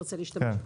שירצה להשתמש במקום.